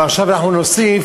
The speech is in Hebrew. ועכשיו אנחנו נוסיף: